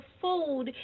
food